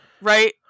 Right